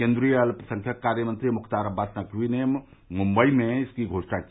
केन्द्रीय अल्पसंख्यक कार्यमंत्री मुख्तार अब्बास नकवी ने मुंबई में इसकी घोषणा की